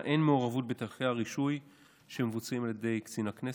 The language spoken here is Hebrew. אין מעורבות בדרכי הרישוי שמבוצעות על ידי קצין הכנסת.